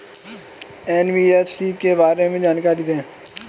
NBFC के बारे में जानकारी दें?